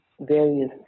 various